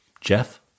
Jeff